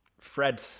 Fred